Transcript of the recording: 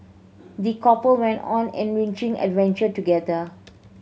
the couple went on an enriching adventure together